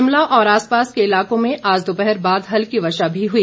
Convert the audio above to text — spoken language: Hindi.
शिमला और आसपास के इलाकों में आज दोपहर बाद हल्की वर्षा भी हुई